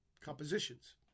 compositions